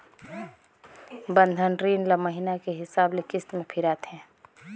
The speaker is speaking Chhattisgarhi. बंधन रीन ल महिना के हिसाब ले किस्त में फिराथें